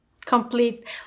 Complete